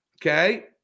Okay